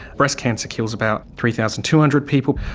breast cancer kills about three thousand two hundred people,